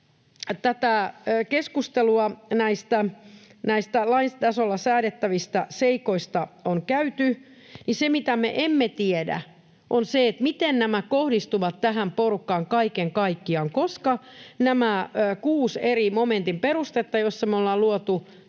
tätä keskustelua näistä lain tasolla säädettävistä seikoista on käyty, niin se, mitä me emme tiedä, on se, miten nämä kohdistuvat tähän porukkaan kaiken kaikkiaan. Koska nämä kuusi eri momentin perustetta, joissa me ollaan luotu